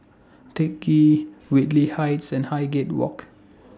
Teck Ghee Whitley Heights and Highgate Walk